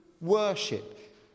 worship